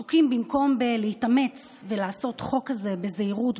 במקום בלהתאמץ ולעשות חוק כזה בזהירות,